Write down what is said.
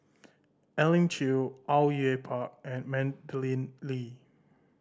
Elim Chew Au Yue Pak and Madeleine Lee